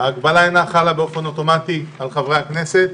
ההגבלה אינה חלה באופן אוטומטי על חברי הכנסת,